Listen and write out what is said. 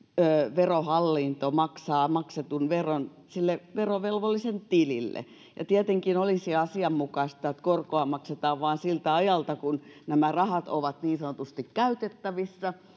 verohallinto maksaa maksetun veron sille verovelvollisen tilille tietenkin olisi asianmukaista että korkoa maksetaan vain siltä ajalta kun nämä rahat ovat niin sanotusti käytettävissä